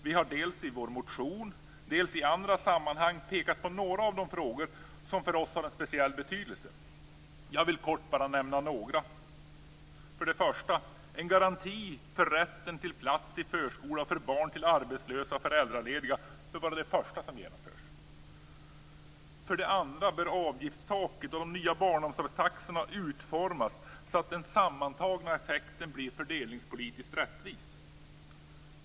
Vi har dels i vår motion, dels i andra sammanhang pekat på några av de frågor som för oss har en speciell betydelse. Jag vill kort bara nämna några. För det första: En garanti för rätten till plats i förskola för barn till arbetslösa och föräldralediga bör vara det första som genomförs. För det andra bör avgiftstaket och de nya barnomsorgstaxorna utformas så att den sammantagna effekten blir fördelningspolitiskt rättvis.